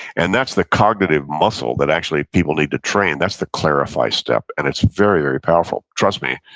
and that's the cognitive muscle that actually people need to train. that's the clarify step and it's very, very powerful. trust me,